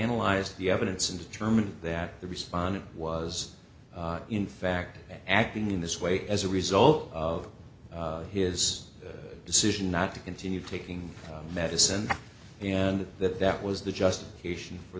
analyze the evidence and determine that the respondent was in fact acting in this way as a result of his decision not to continue taking medicine and that that was the justification for